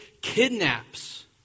kidnaps